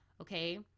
Okay